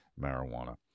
marijuana